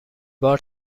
بار